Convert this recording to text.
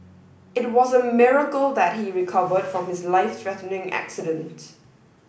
it was a miracle that he recovered from his life threatening accident